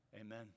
Amen